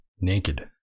Naked